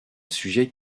sujet